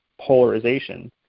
polarization